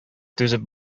түзеп